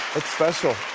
it's special.